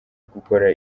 gukora